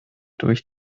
durch